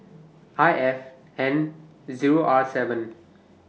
I F N Zero R seven